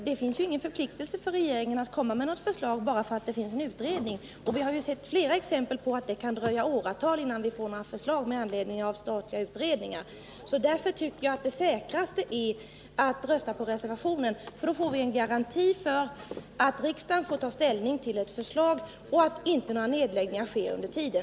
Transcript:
Regeringen har ju ingen förpliktelse att lägga fram något förslag bara för att det gjorts en utredning. Vi har sett flera exempel på att det kan dröja åratal innan vi föreläggs några förslag med anledning av statliga utredningar. Därför tycker jag att det säkraste är att rösta på reservationen. Då får vi en garanti för att riksdagen får ta ställning till ett förslag och att inte några nedläggningar sker dessförinnan.